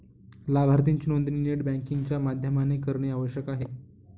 लाभार्थीची नोंदणी net banking च्या माध्यमाने करणे आवश्यक आहे